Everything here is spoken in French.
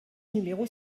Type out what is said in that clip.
numéro